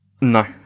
No